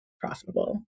profitable